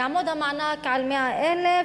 יעמוד המענק על 100,000,